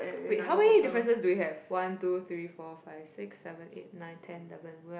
wait how many differences do we have one two three four five six seven eight nine ten eleven